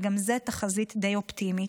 וגם זו תחזית די אופטימית.